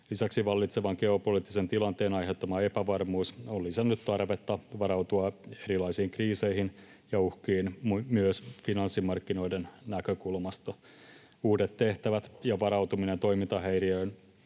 Lisäksi vallitsevan geopoliittisen tilanteen aiheuttama epävarmuus on lisännyt tarvetta varautua erilaisiin kriiseihin ja uhkiin myös finanssimarkkinoiden näkökulmasta. Uudet tehtävät ja varautuminen toimintahäiriöihin